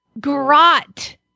grot